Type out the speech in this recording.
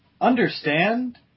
understand